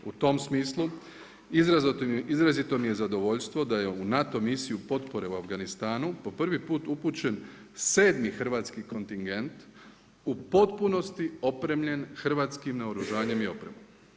U tom smislu izrazito mi je zadovoljstvo da je u NATO misiju potpore u Afganistanu po prvi put upućen 7. hrvatski kontingent u potpunosti opremljen hrvatskim naoružanje i opremom.